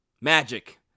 magic